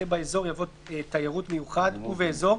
אחרי "באזור" יבוא "תיירות מיוחד ובאזור".